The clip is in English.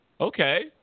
Okay